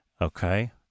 Okay